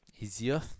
easier